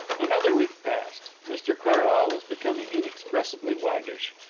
another week passed mr carlyle was becoming inexpressibly waggish,